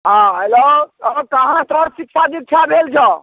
हँ हेलो आओर कहाँ तक शिक्षा दिक्षा भेल छओ